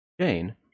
Jane